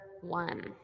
one